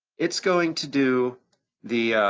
it's going to do the,